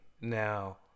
now